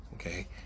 Okay